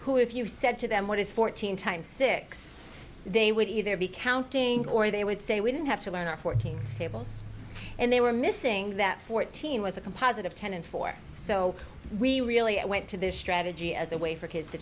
who if you said to them what is fourteen times six they would either be counting or they would say we didn't have to learn our fourteen tables and they were missing that fourteen was a composite of ten and four so we really i went to this strategy as a way for kids to